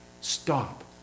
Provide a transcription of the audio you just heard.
Stop